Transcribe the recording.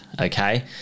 okay